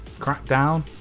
Crackdown